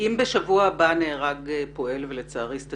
אם בשבוע הבא ייהרג פועל ולצערי יש סיכוי